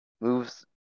moves